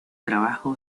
trabajo